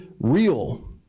real